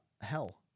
hell